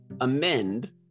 amend